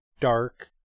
dark